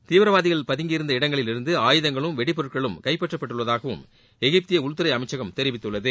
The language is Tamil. தீவிரவாதிகள் பதுங்கியிருந்த இடங்களில் இருந்து ஆயுதங்களும் வெடிபொருட்களும் கைப்பற்றப்பட்டுள்ளதாகவும் எகிப்திய உள்துறை அமைச்சகம் தெரிவித்துள்ளது